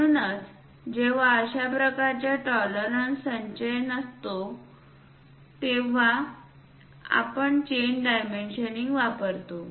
म्हणूनच जेव्हा अशा प्रकारच्या टॉलरन्सचे संचय शक्य नसतो केवळ तेव्हा आपण चेन डायमेन्शनिंग वापरतो